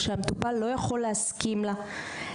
כשהמטופל לא יכול להסכים לה,